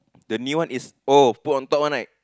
the new one is oh put on top one right